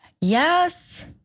Yes